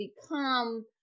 become